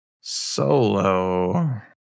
solo